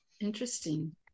interesting